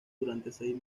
durante